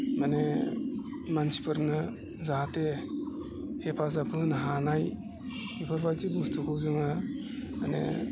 माने मानसिफोरनो जाहाथे हेफाजाब होनो हानाय इफोरबायदि बुस्थुखौ जोङो माने